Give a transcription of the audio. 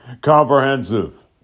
comprehensive